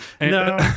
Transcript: No